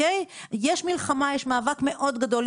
יש מלחמה ויש מאבק מאוד גדול.